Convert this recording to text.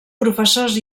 professors